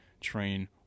train